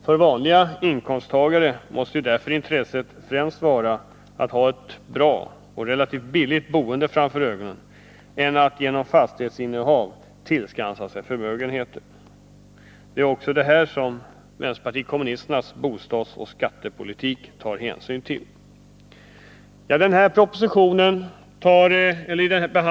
För vanliga inkomsttagare måste därför intresset främst vara att ha ett bra och relativt billigt boende framför ögonen än att genom fastighetsinnehav tillskansa sig förmögenheter. Det är också detta som vpk:s bostadsoch skattepolitik tar hänsyn till.